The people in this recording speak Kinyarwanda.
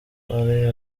ari